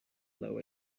lower